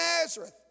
Nazareth